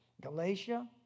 Galatia